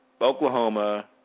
Oklahoma